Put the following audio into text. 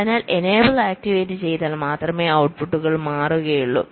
അതിനാൽഎനേബിൾ activate ചെയ്താൽ മാത്രമേ ഔട്ട്പുട്ടുകൾ മാറുകയുള്ളൂ